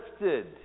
lifted